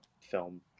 film